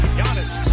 Giannis